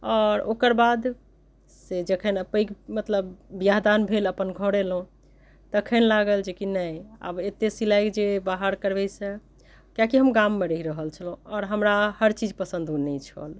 आओर ओकर बाद से जखन पैघ मतलब ब्याह दान भेल अपन घर अयलहुँ तखन लागल जे कि नहि आब अत्ते सिलाइ जे बाहर करबै से किएक कि हम गाममे रहि रहल छलौंह आओर हमरा हर चीज पसन्दो नहि छल